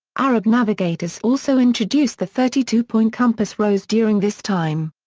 arab navigators also introduced the thirty two point compass rose during this time.